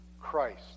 Christ